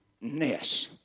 Ness